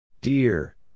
Dear